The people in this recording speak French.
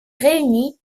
réunit